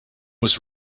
was